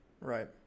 right